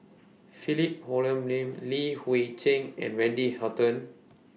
Philip Hoalim Lim Li Hui Cheng and Wendy Hutton